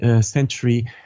century